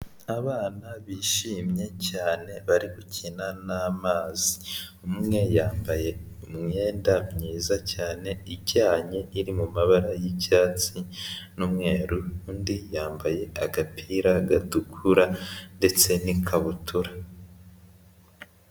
Abana bishimye cyane bari gukina n'amazi, umwe yambaye umwenda mwiza cyane ijyanye iri mu mabara y'icyatsi n'umweru undi yambaye agapira gatukura ndetse n'ikabutura.